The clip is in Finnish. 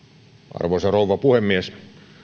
arvoisa rouva puhemies